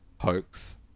hoax